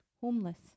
homeless